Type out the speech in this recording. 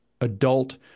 adult